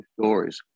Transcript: stories